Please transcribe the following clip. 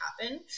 happen